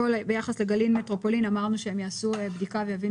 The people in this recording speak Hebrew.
ביחס לגלעין מטרופולין אמרנו שהם יעשו בדיקה ויבינו